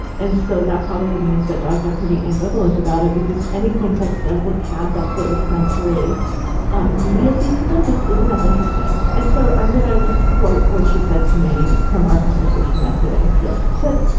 and so that probably means that dogs are pretty ambivalent about it because anything that doesn't have that sort of sensory um immediacy to them just isn't as interesting. and so i'm going to just quote what she said to me from our conversation yesterday. he yeah said.